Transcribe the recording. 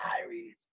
Diaries